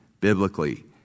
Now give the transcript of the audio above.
biblically